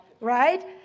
right